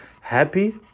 happy